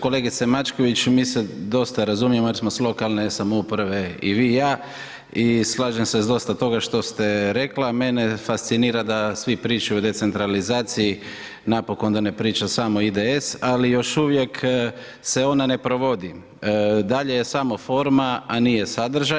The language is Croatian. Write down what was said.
Kolegice Mačković, mi se dosta razumijemo jer smo s lokalne samouprave i vi i ja i slažem se s dosta toga što ste rekla, mene fascinira da svi pričaju o decentralizaciji, napokon da ne priča samo IDS, ali još uvijek se ona ne provodi, dalje je samo forma, a nije sadržaj.